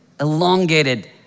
elongated